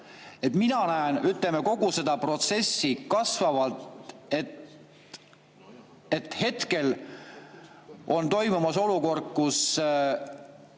Mina näen, ütleme, kogu seda protsessi kasvavalt. Hetkel on olukord, kus